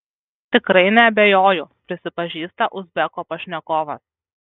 tikrai neabejoju prisipažįsta uzbeko pašnekovas